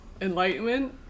Enlightenment